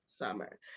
summer